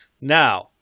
Now